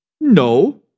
No